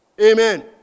Amen